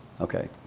Okay